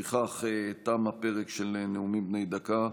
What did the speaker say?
לפיכך, תם הפרק של נאומים בני דקה.